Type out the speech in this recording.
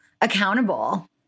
accountable